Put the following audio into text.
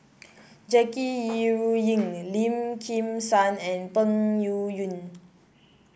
Jackie Yi Ru Ying Lim Kim San and Peng Yuyun